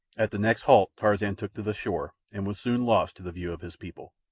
at the next halt tarzan took to the shore, and was soon lost to the view of his people.